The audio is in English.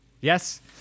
Yes